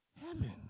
heaven